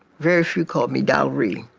very few called me dollree.